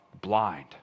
blind